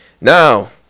Now